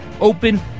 open